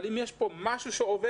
אבל אם יש פה משהו שעובד,